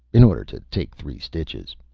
in order to take three stitches.